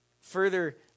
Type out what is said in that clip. Further